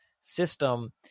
system